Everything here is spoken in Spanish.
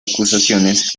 acusaciones